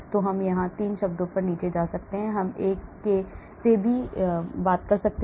तो हम यहाँ 3 शब्दों तक नीचे जा सकते हैं या हम एक से भी चिपके रह सकते हैं